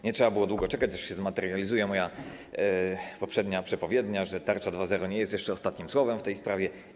Nie trzeba było długo czekać, aż zmaterializuje się moja poprzednia przepowiednia - o tym, że tarcza 2.0 nie jest jeszcze ostatnim słowem w tej sprawie.